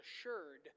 assured